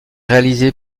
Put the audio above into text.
réalisé